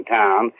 town